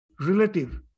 relative